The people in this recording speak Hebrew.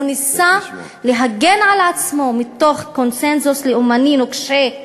הוא ניסה להגן על עצמו מתוך קונסנזוס לאומני נוקשה.